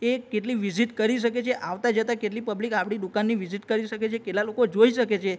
એ કેટલી વિઝિટ કરી શકે છે આવતા જતાં કેટલી પબ્લિક આપણી દુકાનની વિઝિટ કરી શકે છે કેટલા લોકો જોઈ શકે છે